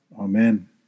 Amen